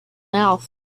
mouth